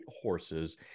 horses